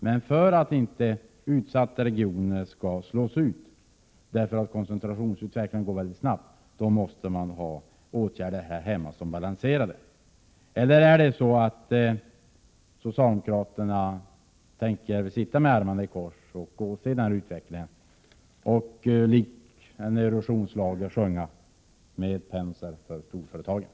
Men för att inte utsatta regioner skall slås ut, därför att koncentrationsutvecklingen går mycket snabbt, måste vi här hemma vidta åtgärder som balanserar dem. Eller tänker socialdemokraterna sitta med armarna i kors och åse den utvecklingen och sjunga ”Med Penser för storföretagen” som om det vore en Eurovisionsschlager?